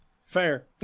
Fair